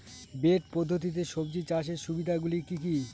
Bed পদ্ধতিতে সবজি চাষের সুবিধাগুলি কি কি?